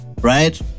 right